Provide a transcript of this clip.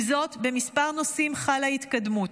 עם זאת, בכמה נושאים חלה התקדמות.